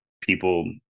people